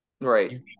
right